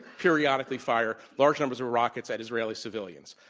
periodically fire large numbers of rockets at israeli civilians.